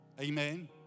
Amen